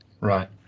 Right